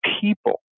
people